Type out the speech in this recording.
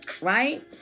right